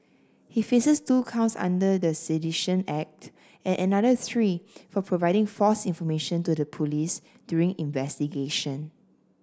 he faces two counts under the Sedition Act and another three for providing false information to the police during investigation